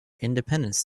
independence